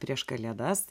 prieš kalėdas